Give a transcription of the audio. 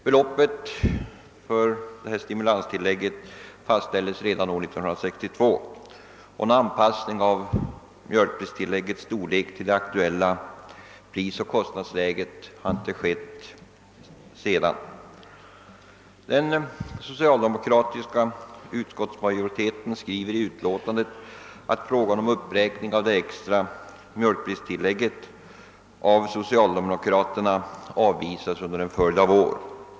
Beloppet för detta stimulanstillägg fastställdes redan år 1962, och någon anpassning av mjölkpristillägget till det aktuella prisoch kostnadsläget har inte skett sedan dess. Den socialdemokratiska utskottsmajoriteten skriver i utlåtandet, att frågan om en uppräkning av det extra mjölkpristillägget av socialdemokraterna avvisats under en följd av år.